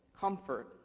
comfort